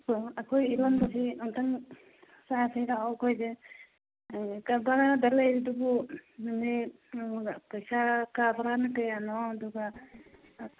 ꯑꯩꯈꯣꯏ ꯏꯔꯣꯟꯕꯁꯤ ꯑꯃꯨꯛꯇꯪ ꯆꯥꯁꯤ ꯂꯥꯛꯑꯣ ꯑꯩꯈꯣꯏꯗꯤ ꯑꯥ ꯀꯥ ꯚꯔꯥꯗ ꯂꯩꯔꯤꯗꯨꯕꯨ ꯅꯨꯃꯤꯠ ꯑꯩꯉꯣꯟꯗ ꯄꯩꯁꯥ ꯀꯥ ꯚꯔꯥꯅ ꯀꯌꯥꯅꯣ ꯑꯗꯨꯒ